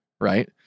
Right